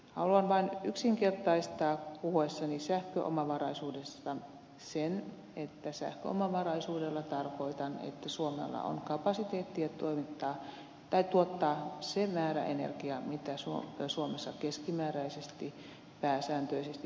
haluan vain yksinkertaistaa puhuessani sähköomavaraisuudesta sen että sähköomavaraisuudella tarkoitan että suomella on kapasiteettia tuottaa se määrä energiaa mitä suomessa keskimääräisesti pääsääntöisesti kaivataan omin avuin